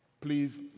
please